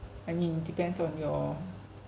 I mean depends on your